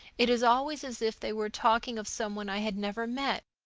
it is always as if they were talking of someone i had never met.